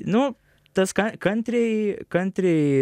nu tas ka kantriai kantriai